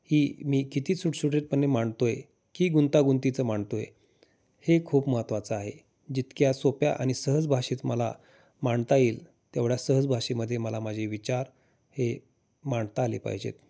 ही मी किती सुटसुटीतपणे मांडतो आहे की गुंतागुंतीचं मांडतो आहे हे खूप महत्त्वाचं आहे जितक्या सोप्या आणि सहज भाषेत मला मांडता येईल तेवढ्या सहज भााषेमध्ये मला माझे विचार हे मांडता आले पाहिजे आहेत